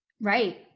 Right